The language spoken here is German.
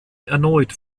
erneut